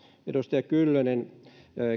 edustaja kyllönen